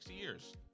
years